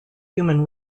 human